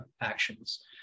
actions